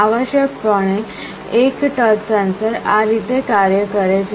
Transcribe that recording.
આવશ્યકપણે એક touch sensor આ રીતે કાર્ય કરે છે